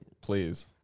Please